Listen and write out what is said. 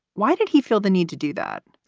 why did he feel the need to do that?